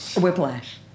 Whiplash